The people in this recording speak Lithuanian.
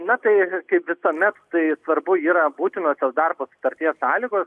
na tai kaip visuomet tai svarbu yra būtinosios darbo sutarties sąlygos